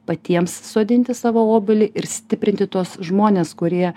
patiems sodinti savo obelį ir stiprinti tuos žmones kurie